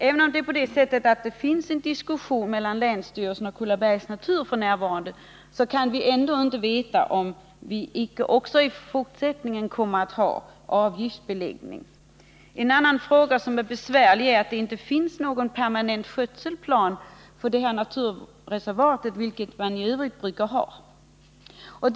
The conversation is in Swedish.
Även om det f. n. förs en diskussion mellan länsstyrelsen och AB Kullabergs Natur vet vi icke om man även i fortsättningen kommer att tillämpa avgiftsbeläggning. Ett annat besvärligt förhållande är att det inte finns någon permanent skötselplan klar för detta naturreservat, något som brukar finnas för sådana områden.